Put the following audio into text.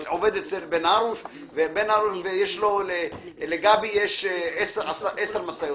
גם כשאתה עוקף בפס לבן וגם כשמגיע רכב ממול,